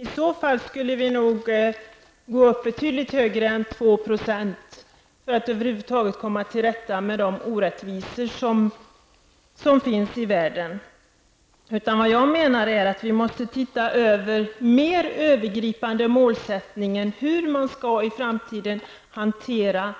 I så fall skulle vi nog behöva gå upp betydligt högre än 2 % för att över huvud taget komma till rätta med de orättvisor som finns i världen. Vi måste se över målen mer övergripande. Hur skall vi i framtiden hantera